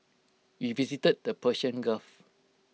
we visited the Persian gulf